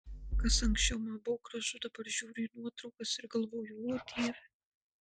kas anksčiau man buvo gražu dabar žiūriu į nuotraukas ir galvoju o dieve